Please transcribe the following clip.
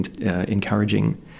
encouraging